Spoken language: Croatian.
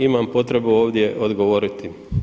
Imam potrebu ovdje odgovoriti.